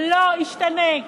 לא ישתנה.